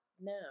now